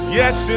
yes